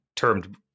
termed